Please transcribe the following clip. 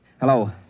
Hello